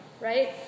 right